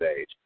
age